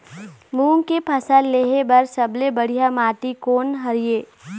मूंग के फसल लेहे बर सबले बढ़िया माटी कोन हर ये?